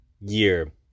year